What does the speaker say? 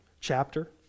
chapter